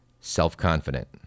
self-confident